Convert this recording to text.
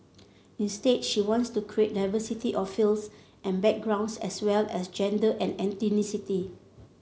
instead she wants to create diversity of fields and backgrounds as well as gender and ethnicity